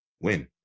win